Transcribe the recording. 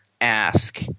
Ask